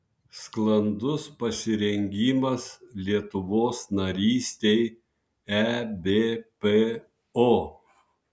sklandus pasirengimas lietuvos narystei ebpo